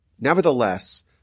nevertheless